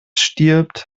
stirbt